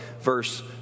verse